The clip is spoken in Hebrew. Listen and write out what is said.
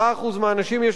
עמיתי חברי הכנסת,